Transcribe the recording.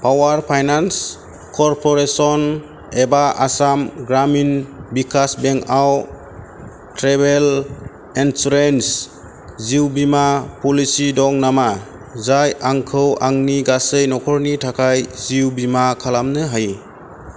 power finance corporation एबा आसाम ग्रामिन भिकास बेंकआव travel इन्सुरेन्सनि जिउ बीमा प'लिसि दं नामा जाय आंखौ आंनि गासै न'खरनि थाखाय जिउ बीमा खालामनो हायो